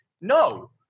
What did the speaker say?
No